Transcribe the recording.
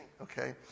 Okay